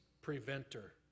preventer